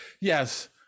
yes